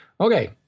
okay